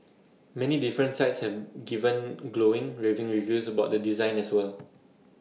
many different sites have given glowing raving reviews about the design as well